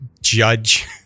judge